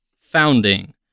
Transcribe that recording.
founding